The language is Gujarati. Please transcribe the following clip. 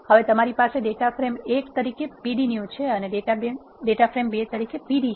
હવે તમારી પાસે ડેટા ફ્રેમ ૧ તરીકે pd new છે અને ડેટા ફ્રેમ ૨ તરીકે pd છે